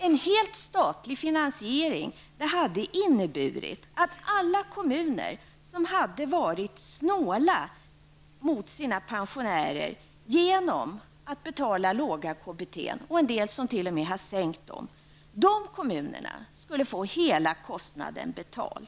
En helt statlig finansiering hade inneburit att kommuner som varit snåla mot sina pensionärer genom att betala låga KBT -- en del har t.o.m. sänkt dem -- skulle få hela kostnaden betald.